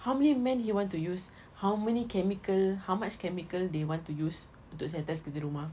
how many men he want to use how many chemical how much chemical they want to use untuk sanitise the rumah